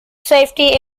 safety